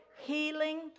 healing